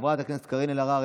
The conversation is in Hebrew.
חברת הכנסת קארין אלהרר,